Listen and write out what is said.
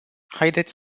haideți